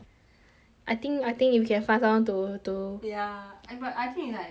I think I think you can find someone to to ya eh but I think it's like damn hard cause